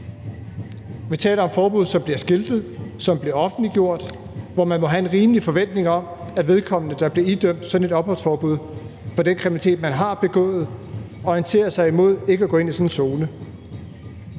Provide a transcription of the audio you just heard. Vi taler om forbud, som bliver skiltet, som bliver offentliggjort, og hvor man må have en rimelig forventning om, at vedkommende, der er blevet idømt sådan et opholdsforbud for den kriminalitet, man har begået, orienterer sig imod ikke at gå ind i sådan en zone.